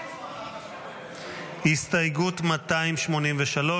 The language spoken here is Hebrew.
283. הסתייגות 283,